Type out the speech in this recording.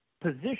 position